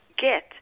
get